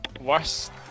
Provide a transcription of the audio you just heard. Worst